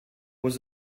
was